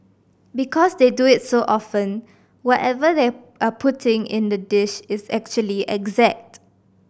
because they do it so often whatever they are putting in the dish is actually exact